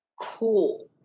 cool